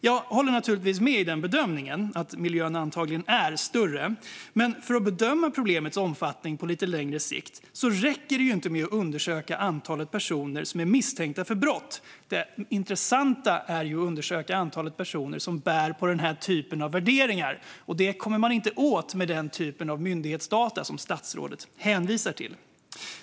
Jag håller naturligtvis med om bedömningen att miljön antagligen är större, men för att bedöma problemets omfattning på lite längre sikt räcker det inte med att undersöka antalet personer som är misstänkta för brott. Det intressanta är att undersöka antalet personer som bär på den här typen av värderingar. Det kommer man inte åt med den typ av myndighetsdata som statsrådet hänvisar till.